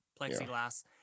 plexiglass